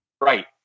Right